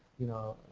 you know,